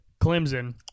Clemson